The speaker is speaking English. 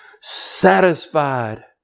satisfied